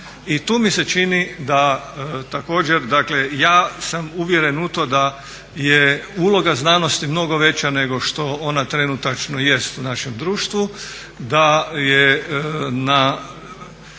I tu mi se čini da također dakle ja sam uvjeren u to da je uloga znanosti mnogo veća nego što ona trenutačno jest u našem društvu. Da